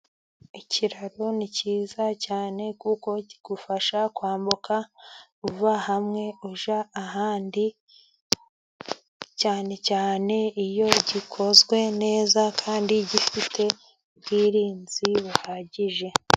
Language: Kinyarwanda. Ikiraro ni cyiza cyane kuko kigufasha kwambuka uva hamwe ujya ahandi, cyane cyane iyo gikozwe neza kandi gifite ubwirinzi buhagije.